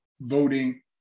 voting